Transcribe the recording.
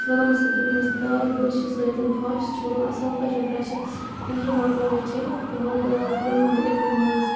چھوٚلُم سُہ دیُتمَس تارِ بُرشہِ سۭتۍ پھۄش چھلُم اَصل پٲٹھۍ پرٛٮ۪شَر پرٛٮ۪شَر مَکلو مےٚ چھٔلِتھ تہٕ ہۄ دال ترٛٲو مےٚ أتھی مَنٛز